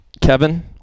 Kevin